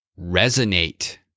Resonate